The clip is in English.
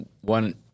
one